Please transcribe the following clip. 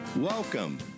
Welcome